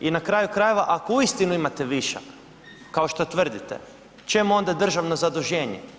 I na kraju krajeva ako uistinu imate višak, kao što tvrdite čemu onda državno zaduženje.